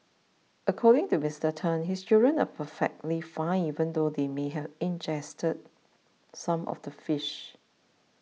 according to Tan his children are perfectly fine even though they may have ingested some of the fish